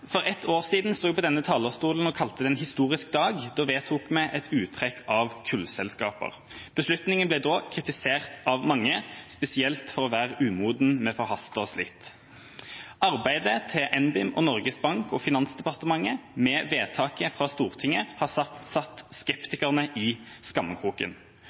For ett år siden sto jeg på denne talerstolen og kalte det en historisk dag. Da vedtok vi et uttrekk av kullselskaper. Beslutningen ble da kritisert av mange, spesielt for å være umoden og for at vi forhastet oss litt. Arbeidet til NBIM, Norges Bank og Finansdepartementet med vedtaket fra Stortinget har satt